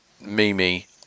Mimi